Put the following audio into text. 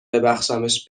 ببخشمش